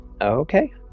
Okay